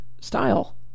style